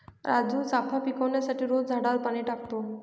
राजू चाफा पिकवण्यासाठी रोज झाडावर पाणी टाकतो